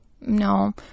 no